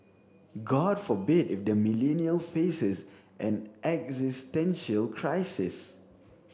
god forbid if the Millennial faces an existential crisis